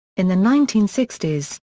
in the nineteen sixty s,